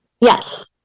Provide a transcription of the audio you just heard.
yes